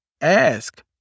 ask